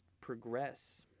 progress